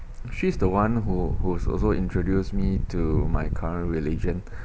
she's the one who who's also introduce me to my current religion